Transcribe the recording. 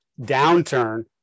downturn